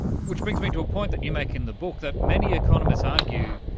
which brings me to a point that you make in the book, that many economists argue,